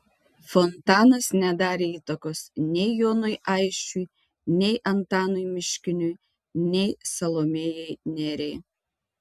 fontanas nedarė įtakos nei jonui aisčiui nei antanui miškiniui nei salomėjai nėriai